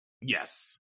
Yes